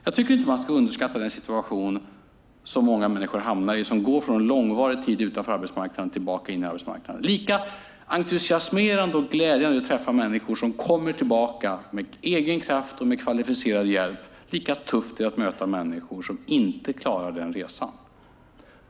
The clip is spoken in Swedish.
Man ska inte underskatta den situation som många människor hamnar i när de går från en lång tid utanför arbetsmarknaden tillbaka in på arbetsmarknaden. Lika entusiasmerande och glädjande som det är att träffa människor som kommer tillbaka av egen kraft och med kvalificerad hjälp, lika tufft är det att möta människor som inte klarar denna resa.